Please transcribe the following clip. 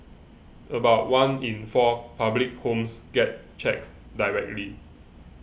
about one in four public homes gets checked directly